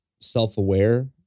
self-aware